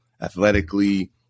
athletically